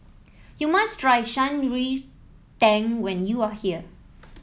you must try Shan Rui Tang when you are here